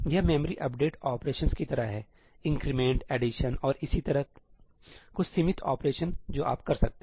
यह memory update operations की तरह है ठीक इंक्रीमेंट एडिशन और इसी तरह कुछ सीमित ऑपरेशन जो आप कर सकते हैं